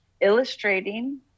illustrating